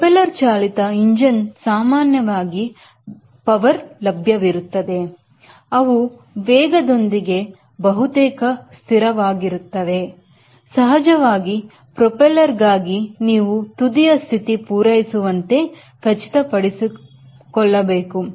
propeller ಚಾಲಿತ ಇಂಜಿನ್ಗೆ ಸಾಮಾನ್ಯವಾಗಿ ವಿದ್ಯುತ್ ಲಭ್ಯವಿರುತ್ತದೆ ಅವು ವೇಗದೊಂದಿಗೆ ಬಹುತೇಕ ಸ್ಥಿರವಾಗಿರುತ್ತವೆಸಹಜವಾಗಿ ಪ್ರಫೈಲರ್ ಗಾಗಿ ನೀವು ತುದಿಯ ಸ್ಥಿತಿ ಪೂರೈಸುವ0ತೆ ಖಚಿತಪಡಿಸಿ ಕೊಲ್ಲಬೇಕು